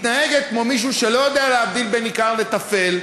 מתנהגת כמו מישהו שלא יודע להבדיל בין עיקר לטפל,